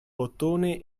bottone